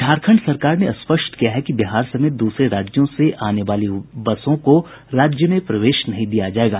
झारखंड सरकार ने स्पष्ट किया है कि बिहार समेत दूसरे राज्यों से आने वाली बसों को राज्य में प्रवेश नहीं दिया जायेगा